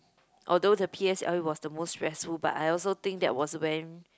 although the P_S_L_E was the most stressful but I also think that was when